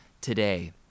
today